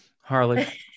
Harley